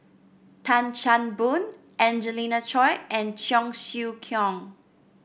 Tan Chan Boon Angelina Choy and Cheong Siew Keong